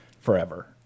forever